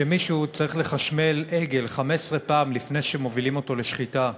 שמישהו צריך לחשמל עגל 15 פעם לפני שמובילים אותו לשחיטה,